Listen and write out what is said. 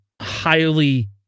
highly